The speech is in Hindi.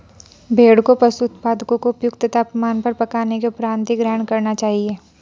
भेड़ को पशु उत्पादों को उपयुक्त तापमान पर पकाने के उपरांत ही ग्रहण करना चाहिए